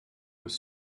with